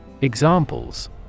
Examples